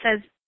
says